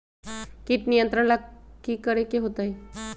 किट नियंत्रण ला कि करे के होतइ?